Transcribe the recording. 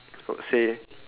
I would say